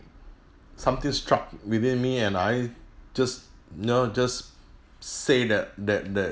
something struck within me and I just know just say that that that